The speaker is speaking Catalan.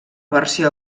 versió